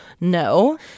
no